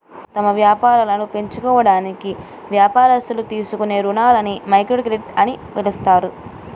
తమ వ్యాపారాలను పెంచుకోవడానికి వ్యాపారస్తులు తీసుకునే రుణాలని మైక్రోక్రెడిట్ అని పిలుస్తారు